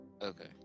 Okay